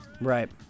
right